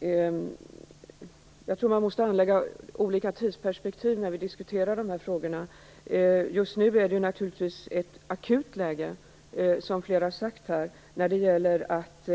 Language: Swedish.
Herr talman! Jag tror att vi måste anlägga olika tidsperspektiv när vi diskuterar de här frågorna. Just nu är det ju naturligtvis ett akut läge när det gäller att